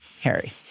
Harry